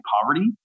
poverty